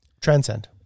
Transcend